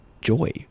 joy